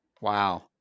Wow